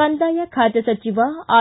ಕಂದಾಯ ಖಾತೆ ಸಚಿವ ಆರ್